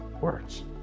words